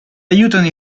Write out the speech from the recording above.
aiutano